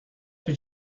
what